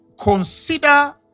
Consider